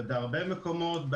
בהרבה מקומות,